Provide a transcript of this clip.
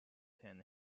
and